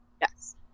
Yes